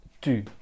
tu